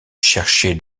cherchaient